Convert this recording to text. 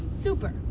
Super